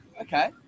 okay